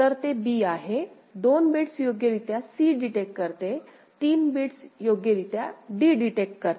तर ते b आहे 2 बिट्स योग्यरित्या c डिटेक्ट करते 3 बिट्स योग्यरित्या d डिटेक्ट करते